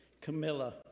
Camilla